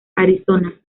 arizona